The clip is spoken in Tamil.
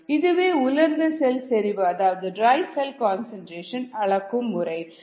இதுவே உலர்ந்த செல் செறிவு அதாவது ட்ரை செல் கன்சன்ட்ரேஷன் அளக்கும் முறை